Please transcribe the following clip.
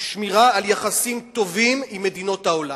שמירה על יחסים טובים עם מדינות העולם.